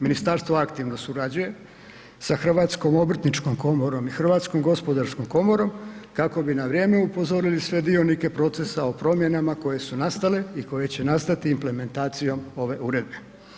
Ministarstvo aktivno surađuje sa Hrvatskom obrtničkom komorom i Hrvatskom gospodarskom komorom kako bi na vrijeme upozorili sve dionike procesa o promjenama koje su nastale i koje će nastati implementacijom ove uredbe.